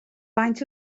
faint